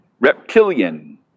Reptilian